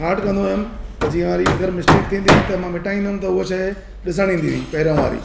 हाड कंदो हुयुमि त जीअं वरी अगरि मिस्टेक थींदी त मां मिटाईंदुमि त उहा शइ ॾिसणु ईंदी हुई पहिरों वारी